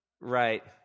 right